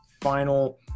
final